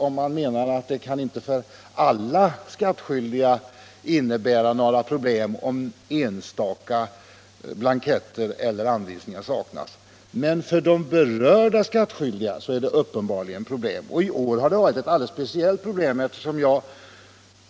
Om man menar att det inte kan innebära problem för alla skattskyldiga om enstaka blanketter eller anvisningar saknas så är detta riktigt. Men för de berörda skattskyldiga är det ett uppenbart problem. I år har det varit ett alldeles speciellt problem. Jag